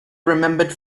remembered